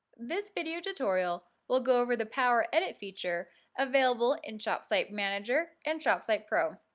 this video tutorial will go over the power edit feature available in shopsite manager and shopsite pro.